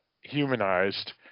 humanized